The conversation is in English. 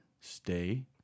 Stay